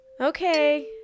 Okay